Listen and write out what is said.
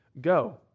Go